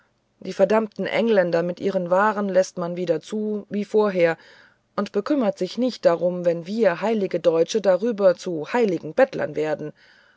die verdammten engländer mit ihren waren läßt man wieder zu wie vorher und bekümmert sich nicht darum wenn wir heilige deutsche darüber zu heiligen bettlern werden